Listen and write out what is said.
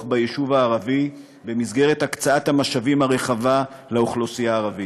ביישוב הערבי במסגרת הקצאת המשאבים הרחבה לאוכלוסייה הערבית,